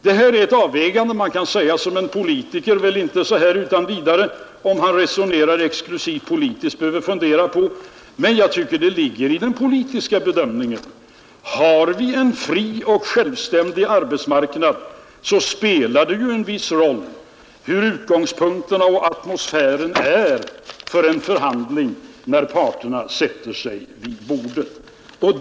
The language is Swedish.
Det här är ett avvägande där, kan man säga, en politiker väl inte behöver fundera på om han resonerar exklusivt politiskt. Men jag tycker det ingår i den politiska bedömningen. Har vi en fri och självständig arbetsmarknad, så spelar det ju en viss roll hur utgångspunkterna och atmosfären är för en förhandling när parterna sätter sig vid bordet.